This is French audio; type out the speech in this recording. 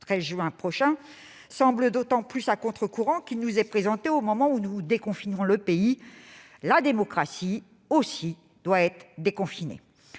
13 juin prochain semble d'autant plus à contre-courant qu'on nous les présente au moment même où l'on déconfine le pays. La démocratie, aussi, doit être déconfinée